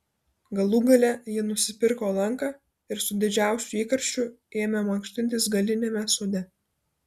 galų gale ji nusipirko lanką ir su didžiausiu įkarščiu ėmė mankštintis galiniame sode